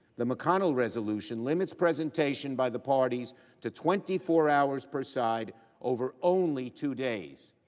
the mcconnell resolution limits presentation by the parties to twenty four hours per side over only two days.